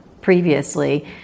previously